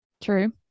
true